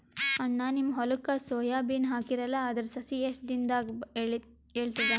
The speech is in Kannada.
ಅಣ್ಣಾ, ನಿಮ್ಮ ಹೊಲಕ್ಕ ಸೋಯ ಬೀನ ಹಾಕೀರಲಾ, ಅದರ ಸಸಿ ಎಷ್ಟ ದಿಂದಾಗ ಏಳತದ?